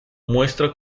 muestra